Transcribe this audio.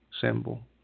symbol